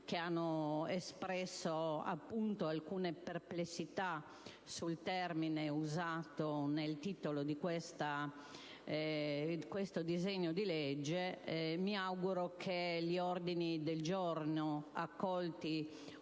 che hanno espresso alcune perplessità sul termine usato nel titolo di questo disegno di legge. Mi auguro che gli ordini del giorno accolti